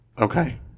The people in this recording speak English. Okay